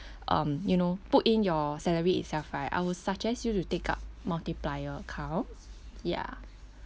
um you know put in your salary itself right I will suggest you to take up multiplier account ya